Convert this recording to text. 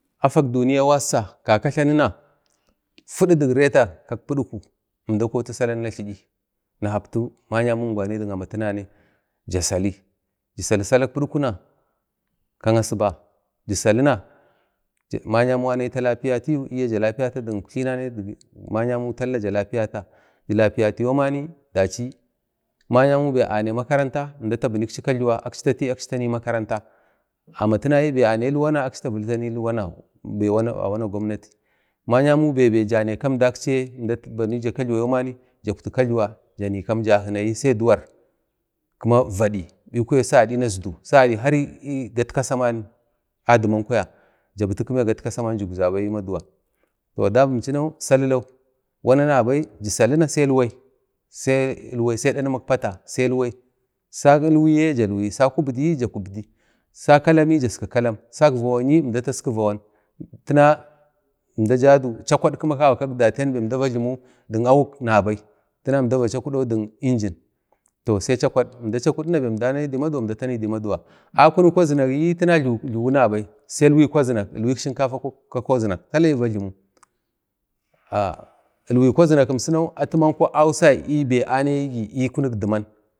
Afak duniya wassa kaka tlanuna fudu duk reta kak pudku əmda kotu sallan na tli'yi na kapti ma'yamon ngwanai dik amatinanai ja salli jin Sallah sallak pudkuna kan Asuba jin Sallah na ma'yamau anayi talapiyatiyu niyi ja lapiya dik uktlinanai dik amatinanai, ma'yamau tala ja lapiyata ji lapiyatu yau mani dachi ma'yaumau bai ane makaranta əmda ta binikchi kajluwa akchi tali tani makaranta amatinanai bai amelik wana. be wanan gwamnati tavili tani ma'yamau bai Jane kam daksiyi əmda tabalija kajluwa jaukti kajluwa jani kan jak nayi sai duwar kima vadi sagadini kimaizdu sagadi har gatkasamani adiman kwaya jabiti gatkasaman ji bata bai əmaduwa toh adabimchinau sallilau wana nabai ji salluna sai ilwai sai ilwai sai dadmak pata sa ilwiyi ja luyi sa kubduyi ja kubdi sa kalam yi jaski kalam sak vawan yi jaski vawan tina əmda dadu chakwad gina kak datiyan nabai tana əmda va chakudau dikyinjin əmda chakuduwa bai əmda anayidu maduwa əmda tanidu akunu kwazinak yi tana kwa jlibi nabai sai ilwaik kwazinak ilwaik shinkafa ilwaik kwazinak tala ni va jlimu, ilwaik kwazinak kinkinau atiyau bai ausai anayindu ə diman